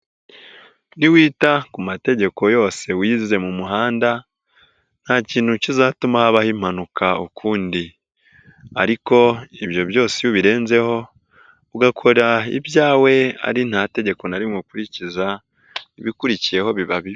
Niwita ku mategeko yose wize mu muhanda nta kintu kizatuma habaho impanuka ukundi, ariko ibyo byose iyo ubirenzeho, ugakora ibyawe ari nta tegeko na rimwe ukurikiza ibikurikiyeho biba bibi.